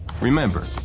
remember